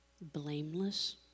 Blameless